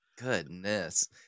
Goodness